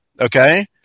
okay